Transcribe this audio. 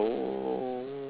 oh